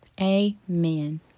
Amen